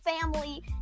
family